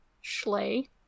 Schley